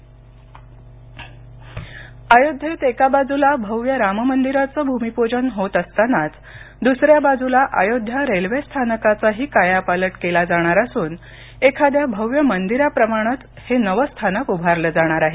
अयोध्या स्थानक अयोध्येत एका बाजूला भव्य राम मंदिराचं भूमिपूजन होत असतानाच द्सऱ्या बाजूला अयोध्या रेल्वे स्थानकाचाही कायापालट केला जाणार असून एखाद्या भव्य मंदिराप्रमाणेच हे नवे स्थानक उभारलं जाणार आहे